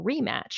rematch